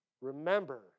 remember